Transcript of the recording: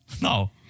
no